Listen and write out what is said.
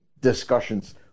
discussions